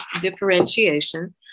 differentiation